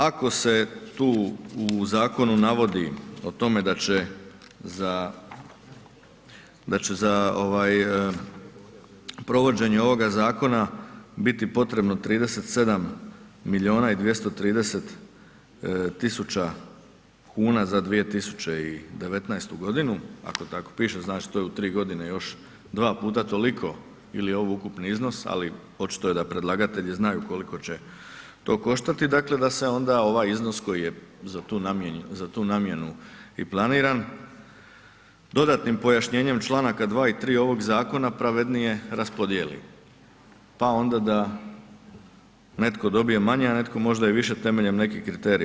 Ako se tu u zakonu navodi o tome da će za provođenje ovoga zakona biti potrebno 37 milijuna i 230 tisuća kuna za 2019. godinu, ako tako piše znači to je u tri godine još dva puta toliko ili je ovo ukupni iznos, ali očito da predlagatelji znaju koliko će to koštati dakle da se onda ovaj iznos koji je za tu namjenu i planiran dodatnim pojašnjenjem članak 2. i 3. ovog zakona pravednije raspodijeli pa onda da netko dobije manje, a netko možda i više temeljem nekih kriterija.